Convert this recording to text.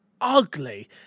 ugly